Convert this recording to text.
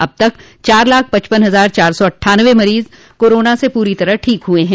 अब तक चार लाख पचपन हजार चार सौ अट्ठनवे रोगो कोरोना से पूरी तरह से ठीक हो गये हैं